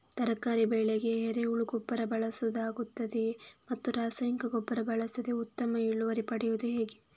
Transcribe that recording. ತರಕಾರಿ ಬೆಳೆಗೆ ಎರೆಹುಳ ಗೊಬ್ಬರ ಬಳಸಲಾಗುತ್ತದೆಯೇ ಮತ್ತು ರಾಸಾಯನಿಕ ಗೊಬ್ಬರ ಬಳಸದೆ ಉತ್ತಮ ಇಳುವರಿ ಪಡೆಯುವುದು ಹೇಗೆ?